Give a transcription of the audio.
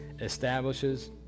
establishes